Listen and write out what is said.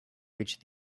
reach